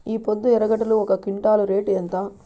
ఈపొద్దు ఎర్రగడ్డలు ఒక క్వింటాలు రేటు ఎంత?